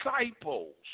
disciples